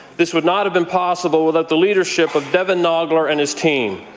this would not have been possible without the leadership of devan naugler and his team.